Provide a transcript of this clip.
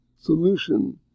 solution